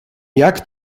jak